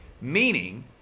meaning